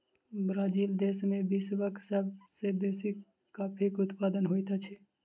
Brazil देश में विश्वक सब सॅ बेसी कॉफ़ीक उत्पादन होइत अछि